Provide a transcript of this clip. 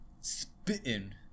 spitting